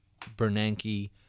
Bernanke